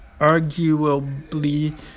arguably